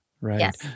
right